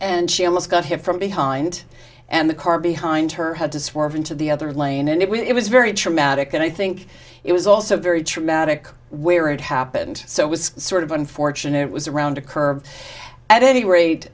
and she almost got hit from behind and the car behind her had to swerve into the other lane and it was very traumatic and i think it was also very traumatic where it happened so it was sort of unfortunate it was around a curve at any rate